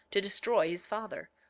to destroy his father.